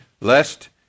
lest